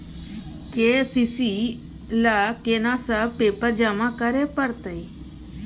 KCC ल केना सब पेपर जमा करै परतै?